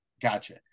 gotcha